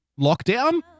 lockdown